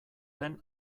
den